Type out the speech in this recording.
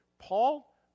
Paul